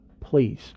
Please